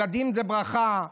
"ילדים זה ברכה",